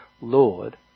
Lord